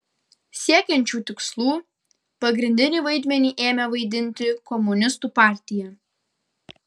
siekiant šių tikslų pagrindinį vaidmenį ėmė vaidinti komunistų partija